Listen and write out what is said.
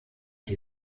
die